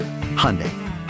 Hyundai